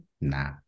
nah